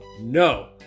No